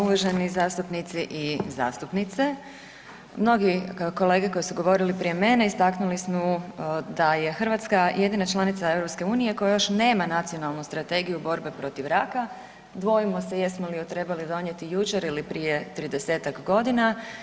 Uvaženi zastupnici i zastupnice, mnogi kolege koji su govorili prije mene istaknuli su da je Hrvatska jedina članica EU koja još nema Nacionalnu strategiju borbe protiv raka, dvojimo se jesmo li ju trebali donijeti jučer ili prije 30-tak godina.